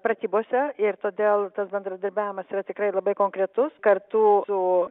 pratybose ir todėl tas bendradarbiavimas yra tikrai labai konkretus kartu su